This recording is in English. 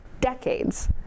decades